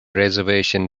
reservation